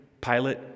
Pilate